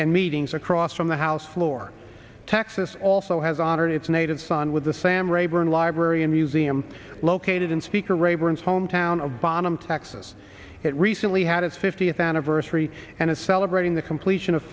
and meetings across from the house floor texas so has honored its native son with the sam rayburn library and museum located in speaker rayburn's hometown of bonum texas it recently had its fiftieth anniversary and is celebrating the completion of